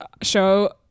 show